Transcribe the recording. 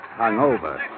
hungover